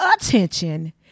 attention